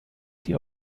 die